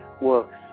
works